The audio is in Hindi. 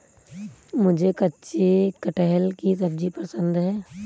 मुझे कच्चे कटहल की सब्जी पसंद है